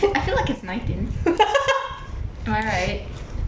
I feel like it's nineteen am I right